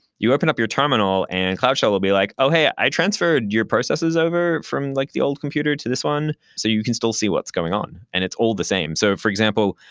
you open up your terminal, and cloud shell will be like, oh, hey, i transferred your processes over from like the old computer to this one so you can still see what's going on. and it's all the same. so for example,